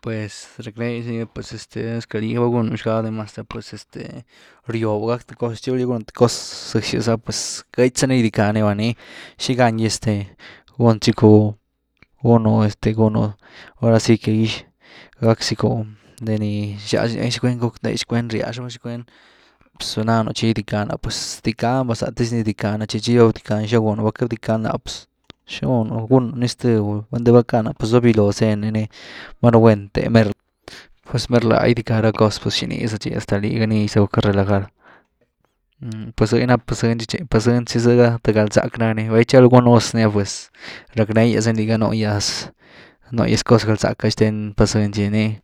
Pues racknee disni pues este esque liga ni val gunu xgan demaste’ah pues este riobu gack th cos, tchi val lí guu th cos zëzyas ah pues queity za ni gydcaa ni va, ní xigán gy este gun’zicku gunu este gunu este ahora si que gack zycku de ni xlia zy, hey! Tchicwen guck nde, tchickewn ryaxruni, tchickewn pues va nanu tchi gidickany ah pues rdicaany va zathi diz ni rdican chi-chiru rdickany xina gunu val queity bdickadiny láh pues xina gunu gunú ni zth, enity val guckan’ah pues va viló zeny ni maru guen the emer pues mer laa gydica ra cos pues xinii za tchi hasta liga nix za zú guckga relajar, pues zë ni ná pasëncy tchi tchi zëga de galzack nani, val gitchelu gunu gus ni’a pues racknee gyas ni liga nuyas, npugyas cos galzack re zthen pasëncy gy, ni-